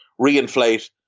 reinflate